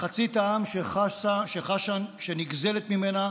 מחצית העם שחשה שנגזלת ממנה